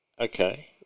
Okay